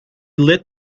lit